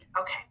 Okay